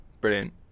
Brilliant